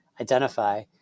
identify